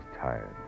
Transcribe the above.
tired